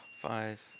five